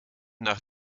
nach